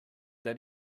that